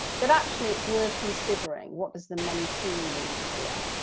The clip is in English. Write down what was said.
but actually it's worth considering what does the mentee need here?